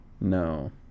no